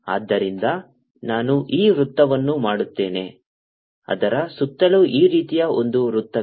ಆದ್ದರಿಂದ ನಾನು ಈ ವೃತ್ತವನ್ನು ಮಾಡುತ್ತೇನೆ ಅದರ ಸುತ್ತಲೂ ಈ ರೀತಿಯ ಒಂದು ವೃತ್ತವಿದೆ